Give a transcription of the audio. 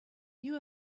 you